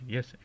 Yes